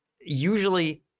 usually